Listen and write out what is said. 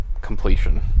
completion